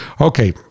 okay